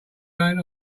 going